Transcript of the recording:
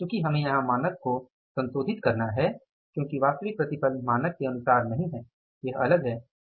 लेकिन चुकी हमें यहाँ मानक को संशोधित करना है क्योंकि वास्तविक प्रतिफल मानक के अनुसार नहीं है यह अलग है